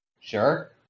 sure